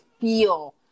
feel